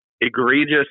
egregious